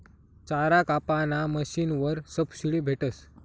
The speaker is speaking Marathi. चारा कापाना मशीनवर सबशीडी भेटस